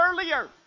earlier